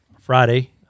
Friday